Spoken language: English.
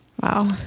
wow